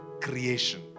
creation